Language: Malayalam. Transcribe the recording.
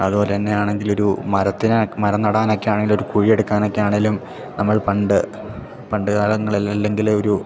അതുപോലെ തന്നെയാണെങ്കിൽ ഒരു മരത്തിനെ മരം നടാൻ ഒക്കെ ആണേലും ഒരു കുഴി എടുക്കാനൊക്കെ ആണേലും നമ്മൾ പണ്ട് പണ്ട് കാലങ്ങളിൽ അല്ലെങ്കിൽ ഒരു